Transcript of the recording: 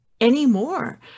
anymore